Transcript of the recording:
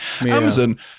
Amazon